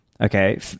okay